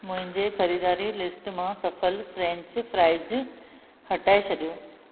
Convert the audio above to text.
मुंहिंजे ख़रीदारी लिस्ट मां सफ़ल फ्रेंच फ्राइज हटाए छॾियो